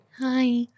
hi